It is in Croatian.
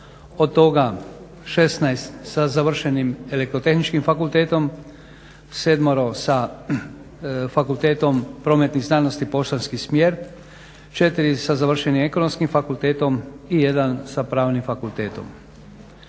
od toga 16 sa završenim Elektrotehničkim fakultetom, 7 sa Fakultetom prometnih znanosti Poštanski smjer, 4 sa završenim Ekonomskim fakultetom i 1 sa pravnim fakultetom.